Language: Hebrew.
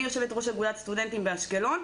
אני יושבת-ראש אגודת הסטודנטים באשקלון,